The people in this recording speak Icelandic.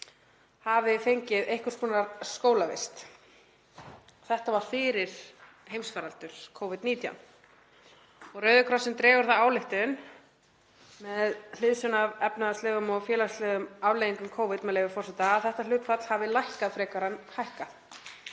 hafi fengið einhvers konar skólavist. Þetta var fyrir heimsfaraldur Covid-19. Rauði krossinn dregur þá ályktun með hliðsjón af efnahagslegum og félagslegum afleiðingum Covid, með leyfi forseta, „að þetta hlutfall hafi lækkað frekar en hækkað,“